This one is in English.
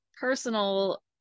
personal